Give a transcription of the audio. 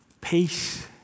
Peace